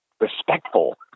respectful